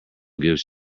gives